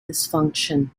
dysfunction